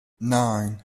nine